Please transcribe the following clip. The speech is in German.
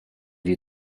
die